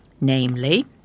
Namely